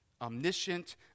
omniscient